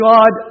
God